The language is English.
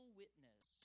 witness